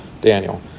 Daniel